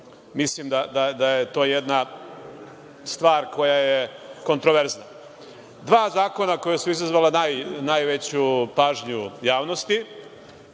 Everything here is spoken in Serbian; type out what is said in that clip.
mislim da je to jedna stvar koja je kontroverzna. Dva zakona koja su izazvala najveću pažnju javnosti,